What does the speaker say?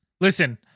Listen